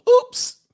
Oops